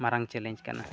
ᱢᱟᱨᱟᱝ ᱪᱮᱞᱮᱧᱡᱽ ᱠᱟᱱᱟ